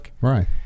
Right